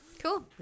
Cool